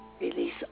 release